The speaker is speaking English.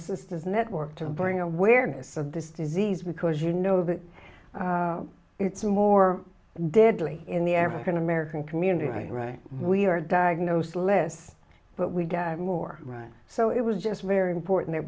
sisters network to bring awareness of this disease because you know that it's more deadly in the african american community right we are diagnosed less but we get more right so it was just very important that